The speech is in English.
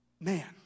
Man